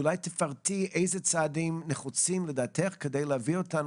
אולי תפרטי איזה צעדים נחוצים לדעתך כדי להביא אותנו